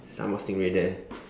sambal stingray there